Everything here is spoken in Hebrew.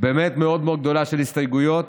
באמת מאוד מאוד גדולה של הסתייגויות,